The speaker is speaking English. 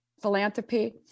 philanthropy